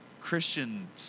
Christian